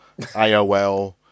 AOL